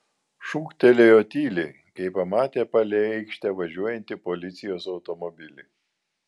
šūktelėjo tyliai kai pamatė palei aikštę važiuojantį policijos automobilį